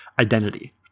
identity